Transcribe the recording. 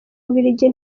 bubiligi